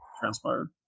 transpired